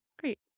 Great